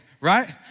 right